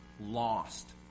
Lost